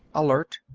alert,